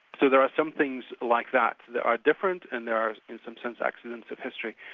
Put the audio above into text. so there are some things like that that are different, and there are in some sense accidents of history.